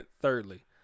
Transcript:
Thirdly